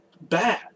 bad